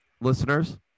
listeners